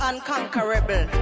Unconquerable